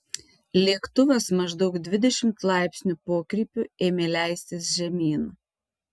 lėktuvas maždaug dvidešimt laipsnių pokrypiu ėmė leistis žemyn